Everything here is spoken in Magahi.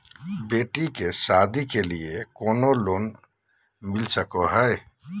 बेटी के सादी के लिए कोनो लोन मिलता सको है?